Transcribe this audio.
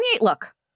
look